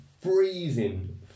freezing